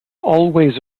always